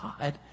God